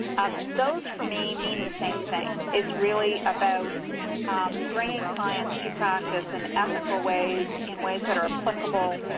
those for me mean the same thing. it's really about bringing science to practice in ethical ways, in ways that are applicable,